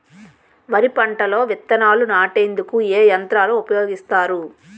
వరి పంటలో విత్తనాలు నాటేందుకు ఏ యంత్రాలు ఉపయోగిస్తారు?